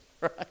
right